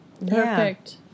Perfect